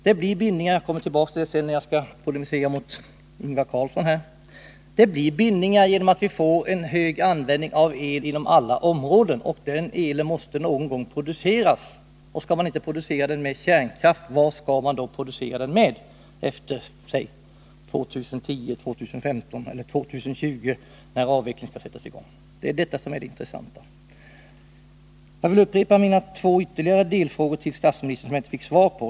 Det blir bindningar — jag kommer tillbaka till dem då jag polemiserar mot Ingvar Carlsson — genom att vi får en hög användning av el inom alla områden, och den elen måste någon gång produceras. Skall den inte produceras med kärnkraft, vad skall den då produceras med efter år Nr 32 2010, 2015 eller 2020, då avvecklingen skall sättas i gång? Det är detta som är Måndagen den det intressanta. 24 november 1980 Jag vill upprepa mina två ytterligare delfrågor till statsministern, vilka jag inte fick svar på.